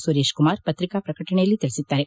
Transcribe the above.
ಸುರೇಶ್ ಕುಮಾರ್ ಪತ್ರಿಕಾ ಪ್ರಕಟಣೆಯಲ್ಲಿ ತಿಳಿಸಿದ್ದಾರೆ